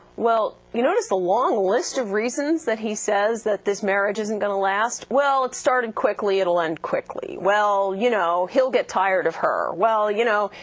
well you notice a long list of reasons that he says that this marriage isn't going to last? well, it started quickly, it'll end quickly well, you know, he'll get tired of her. well, you know,